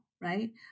right